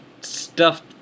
Stuffed